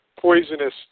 poisonous